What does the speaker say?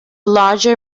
larger